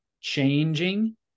changing